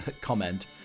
comment